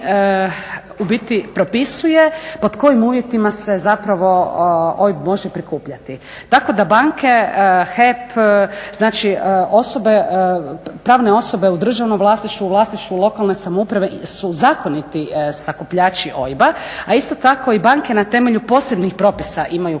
u biti propisuje pod kojim se uvjetima zapravo OIB može prikupljati. Tako da banke, HEP pravne osobe u državnom vlasništvu u vlasništvu lokalne samouprave su zakoniti sakupljači OIB-a, a isto tako i banke na temelju posebnih propisa imaju pravo